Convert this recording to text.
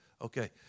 Okay